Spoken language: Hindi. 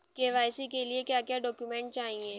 के.वाई.सी के लिए क्या क्या डॉक्यूमेंट चाहिए?